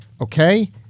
Okay